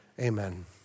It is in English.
amen